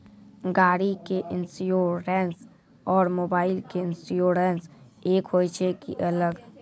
गाड़ी के इंश्योरेंस और मोबाइल के इंश्योरेंस एक होय छै कि अलग?